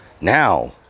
Now